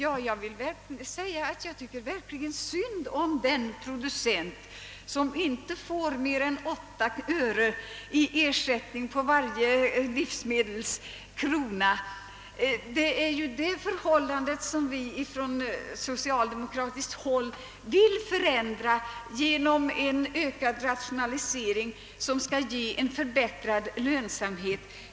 Herr talman! Jag tycker verkligen synd om den producent som inte får mer än 8 öre i ersättning på varje livs medelskrona. Vi socialdemokrater vill ju förändra detta förhållande genom en ökad rationalisering som väntas leda till förbättrad lönsamhet.